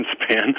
span